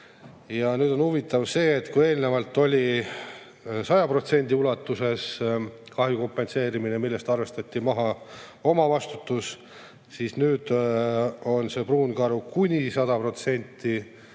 Ja huvitav on see, et kui eelnevalt oli 100% ulatuses kahju kompenseerimine, millest arvestati maha omavastutus, siis nüüd on see pruunkaru puhul kuni 100%, ehk see